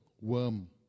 worm